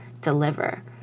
deliver